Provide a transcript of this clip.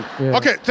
Okay